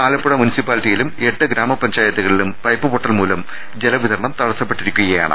Alappuzha municipality യിലും എട്ട് ഗ്രാമപഞ്ചായത്തുകളിലും പൈപ്പ്പൊട്ടൽ മൂലം ജലവി തരണം തടസ്സപ്പെട്ടിരിക്കുകയാണ്